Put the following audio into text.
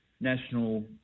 national